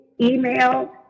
email